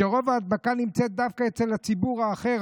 רוב ההדבקה נמצאת דווקא אצל הציבור האחר,